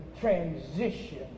transition